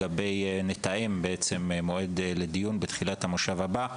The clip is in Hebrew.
נתאם מועד לדיון בתחילת המושב הבא,